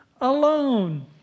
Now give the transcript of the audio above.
alone